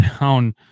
down